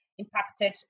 impacted